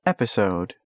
Episode